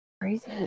Crazy